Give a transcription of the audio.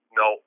no